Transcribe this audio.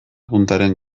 puntaren